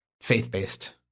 faith-based